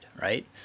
right